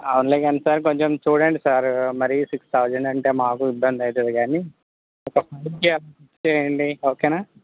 అవునులే కానీ సార్ కొంచెం చూడండి సార్ మరీ సిక్స్ థౌజండ్ అంటే మాకు ఇబ్బంది అవుతుంది కానీ ఒక చేయండి ఓకేనా